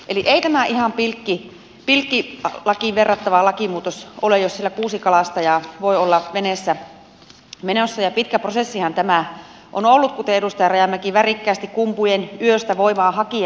eli ei tämä ihan pilkkilakiin verrattava lakimuutos ole jos siellä kuusi kalastajaa voi olla veneessä menossa ja pitkä prosessihan tämä on ollut kuten edustaja rajamäki värikkäästi kumpujen yöstä voimaa hakien totesi